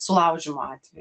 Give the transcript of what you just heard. sulaužymo atveju